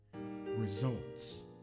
results